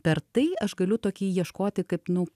per tai aš galiu tokį ieškoti kaip nu